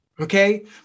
okay